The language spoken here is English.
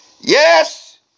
Yes